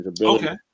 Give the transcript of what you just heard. Okay